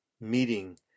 meeting